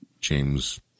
James